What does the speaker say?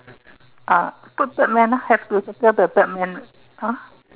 uh put third man ah have to circle the third man ah